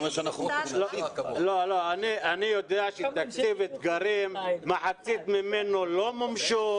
אני יודע שתקציב אתגרים, מחציתו לא מומש.